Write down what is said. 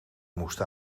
moesten